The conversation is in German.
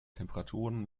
temperaturen